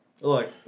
Look